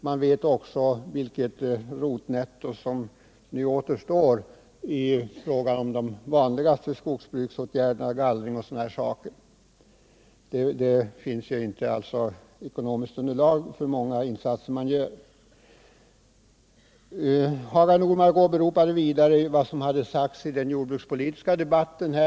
Man vet också hur litet rotnetto som nu återstår i fråga om de vanligaste skogsbruksåtgärderna, som gallring och sådana saker. Hagar Normark åberopade vidare vad som sagts i den jordbrukspolitiska debatten.